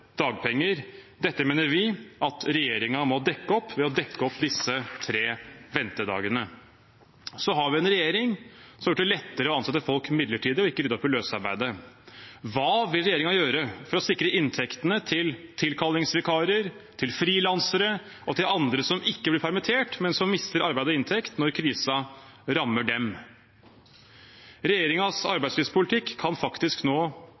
dagpenger. Vi mener at regjeringen må dekke opp disse tre ventedagene. Vi har en regjering som har gjort det lettere å ansette folk midlertidig, og som ikke rydder opp i løsarbeidet. Hva vil regjeringen gjøre for å sikre inntektene til tilkallingsvikarer, frilansere og andre som ikke blir permittert, men som mister arbeid og inntekt når krisen rammer dem? Regjeringens arbeidslivspolitikk kan faktisk